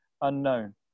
unknown